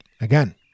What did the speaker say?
Again